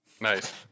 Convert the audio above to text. Nice